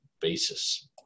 basis